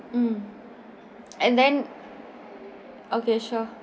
mm and then okay sure